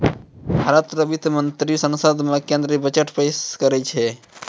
भारत रो वित्त मंत्री संसद मे केंद्रीय बजट पेस करै छै